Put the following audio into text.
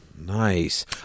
Nice